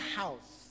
house